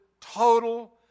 total